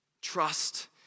trust